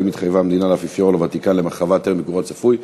האם התחייבה המדינה לאפיפיור או לוותיקן למחווה טרם ביקורו הצפוי,